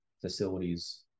facilities